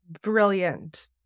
brilliant